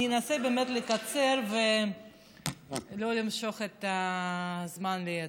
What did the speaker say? אני אנסה לקצר ולא למשוך את הזמן יותר.